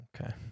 okay